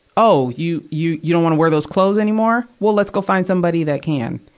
oh, you, you, you don't wanna wear those clothes anymore? well, let's go find somebody that can.